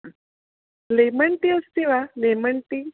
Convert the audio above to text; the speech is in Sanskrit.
लेमेन् टी अस्ति वा लेमन् टी